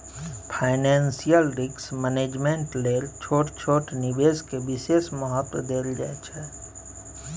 financial risk management लेल छोट छोट निवेश के विशेष महत्व देल जाइ छइ